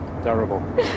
terrible